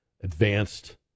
advanced